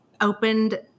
opened